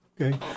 Okay